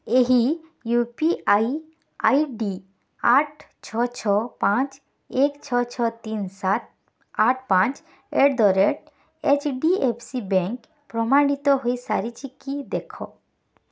ଏହି U P I I D ଆଠ ଛଅ ଛଅ ପାଞ୍ଚ ଏକ ଛଅ ଛଅ ତିନି ସାତ ଆଠ ପାଞ୍ଚ at the rate H D F C bank ପ୍ରମାଣିତ ହେଇ ସାରିଛି କି ଦେଖ